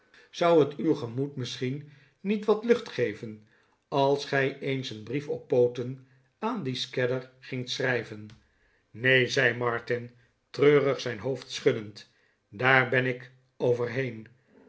zou het uw gemoed misschien niet wat lucht geven als gij eens een brief op pooten aan dien scadder gingt schrijven neen zei martin treurig zijn hoofd schuddend daar ben ik over